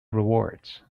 rewards